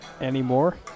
Anymore